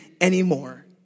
anymore